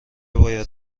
باید